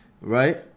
right